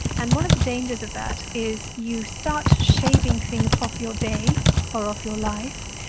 and one of the dangers of that is you start shaving things off your day or off your life,